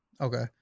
Okay